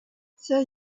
sell